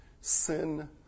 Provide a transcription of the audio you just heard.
Sin